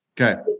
Okay